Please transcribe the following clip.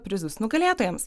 prizus nugalėtojams